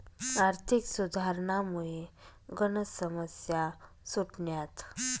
आर्थिक सुधारसनामुये गनच समस्या सुटण्यात